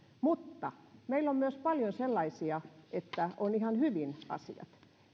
mutta meillä on myös paljon sellaisia että on ihan hyvin asiat